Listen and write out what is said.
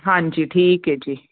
ਹਾਂਜੀ ਠੀਕ ਐ ਜੀ